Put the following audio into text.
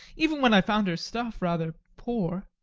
even when i found her stuff rather poor.